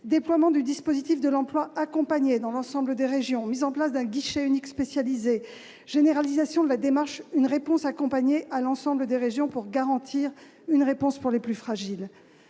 déploiement du dispositif de l'emploi accompagné dans l'ensemble des régions ; mise en place d'un guichet unique ; généralisation de la démarche « Une réponse accompagnée pour tous » à l'ensemble des régions pour garantir une réponse aux fragiles.